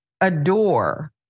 adore